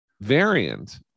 variant